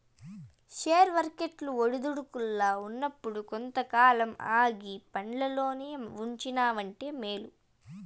share వర్కెట్లు ఒడిదుడుకుల్ల ఉన్నప్పుడు కొంతకాలం ఆగి పండ్లల్లోనే ఉంచినావంటే మేలు